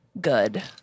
good